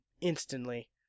instantly